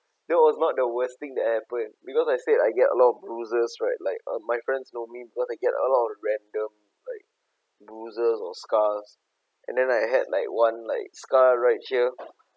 that was not the worst thing that happened because I said I get a lot of bruises right like uh my friends know me because I get a lot of random like bruises or scars and then I had like one like scar right here